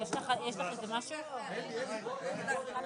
17:11.